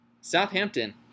Southampton